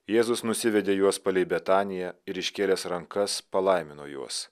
jėzus nusivedė juos palei betaniją ir iškėlęs rankas palaimino juos